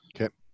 Okay